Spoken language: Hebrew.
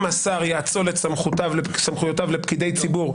השר יאצול את סמכויותיו לפקידי ציבור,